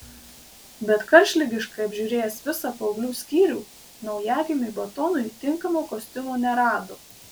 bet karštligiškai apžiūrėjęs visą paauglių skyrių naujagimiui batonui tinkamo kostiumo nerado